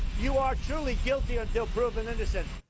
you are truly guilty until proven innocent.